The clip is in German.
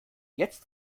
jetzt